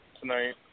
tonight